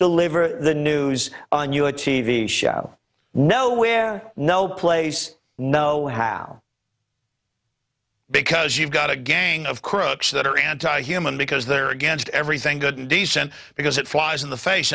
deliver the news on you a t v show nowhere no place no one how because you've got a gang of crooks that are anti human because they're against everything good and decent because it flies in the face